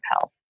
health